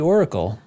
Oracle